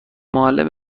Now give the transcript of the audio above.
معلم